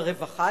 ברווחה,